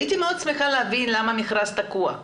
הייתי מאוד שמחה להבין למה המכרז תקוע.